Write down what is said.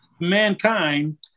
mankind